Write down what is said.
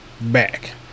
back